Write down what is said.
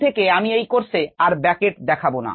এখন থেকে আমি এই কোর্সে আর ব্র্যাকেট দেখাবো না